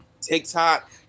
TikTok